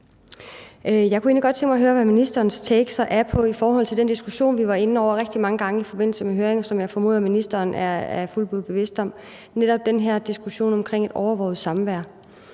egentlig godt tænke mig at høre ministerens holdning til den diskussion, vi var inde over rigtig mange gange i forbindelse med høringen, og som jeg formoder ministeren er fuldt ud bevidst om, nemlig diskussionen om overvåget samvær.